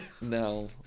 No